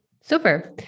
Super